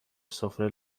سفره